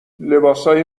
لباسهای